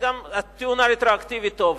הטיעון הרטרואקטיבי טוב לו.